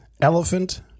elephant